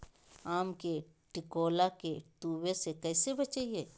आम के टिकोला के तुवे से कैसे बचाई?